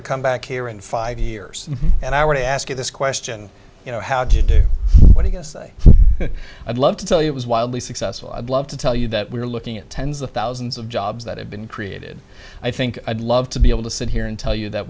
to come back here in five years and i want to ask you this question you know how to do what he has a i'd love to tell you it was wildly successful i'd love to tell you that we're looking at tens of thousands of jobs that have been created i think i'd love to be able to sit here and tell you that